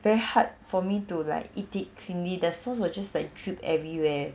very hard for me to like eat it cleanly the sauce will just like drip everywhere